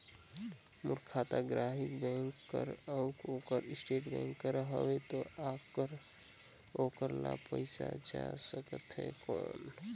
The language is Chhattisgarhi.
मोर खाता ग्रामीण बैंक कर अउ ओकर स्टेट बैंक कर हावेय तो ओकर ला पइसा जा सकत हे कौन?